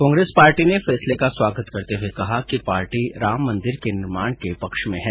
Congress party ने फैसले का स्वागत करते हुए कहा कि पार्टी राम मंदिर के निर्माण के पक्ष में है